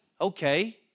okay